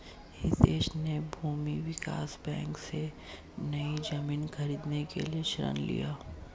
हितेश ने भूमि विकास बैंक से, नई जमीन खरीदने के लिए ऋण लिया